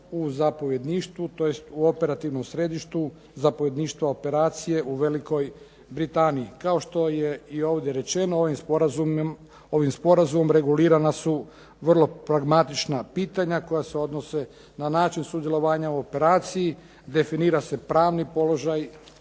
u zapovjedništvu tj. u operativnom središtu zapovjedništva operacije u Velikoj Britaniji. Kao što je i ovdje rečeno ovim sporazumom regulirana su vrlo pragmatična pitanja koja se odnose na način sudjelovanja u operaciji, definira se pravni položaj